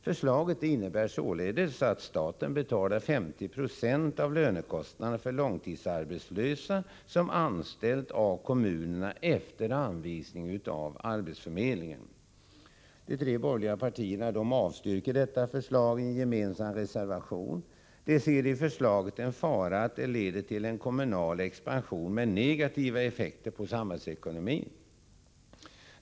Förslaget innebär således att staten betalar 50 70 av lönekostnaderna för långtidsarbetslösa som anställts av kommunerna efter anvisning av arbetsförmedlingen. De tre borgerliga partierna avstyrker detta förslag i en gemensam reservation. De ser i förslaget en fara att det leder till en kommunal expansion med negativa effekter på samhällsekonomin.